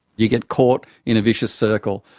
you get caught in a vicious circle.